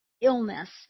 illness